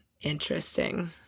interesting